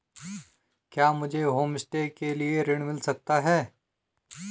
क्या मुझे होमस्टे के लिए ऋण मिल सकता है?